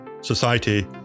society